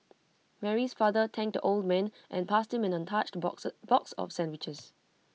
Mary's father thanked the old man and passed him an untouched boxes box of sandwiches